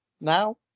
Now